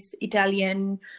Italian